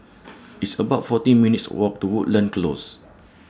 It's about fourteen minutes' Walk to Woodlands Close